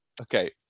okay